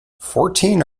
fourteen